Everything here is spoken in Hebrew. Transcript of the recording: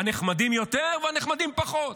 הנחמדים יותר והנחמדים פחות.